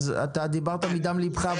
אומנם דיברת מדם ליבך,